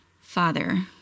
Father